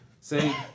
say